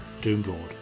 Doomlord